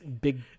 big